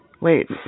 Wait